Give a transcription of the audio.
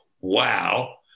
wow